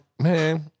man